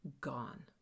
gone